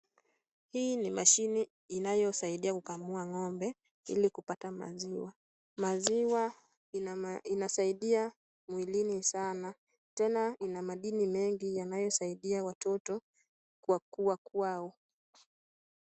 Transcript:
Hii ni mashine inayosaidia kukamua ng'ombe ili kupata maziwa. Maziwa inasaidia mwilini sana, tena ina madini mengi yanayosaidia watoto kwa kua kwao.